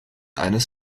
eines